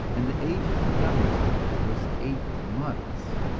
and the age of the youngest was eight months!